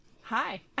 Hi